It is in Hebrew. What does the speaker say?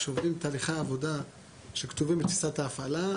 כשעובדים עם תהליכי עבודה שכתובים בתפיסת ההפעלה,